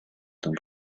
том